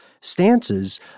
stances